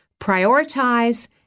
prioritize